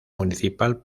municipal